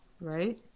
Right